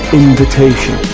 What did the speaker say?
invitation